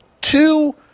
two